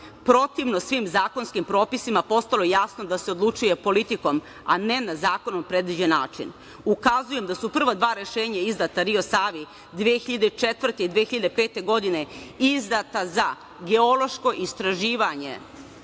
protivno svim zakonskim propisima, postalo je jasno da se odlučuje politikom, a ne na zakonom predviđen način. Ukazujem da su prva dva rešenja izdata Rio Savi 2004. i 2005. godine, izdata za geološko istraživanje